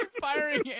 Firing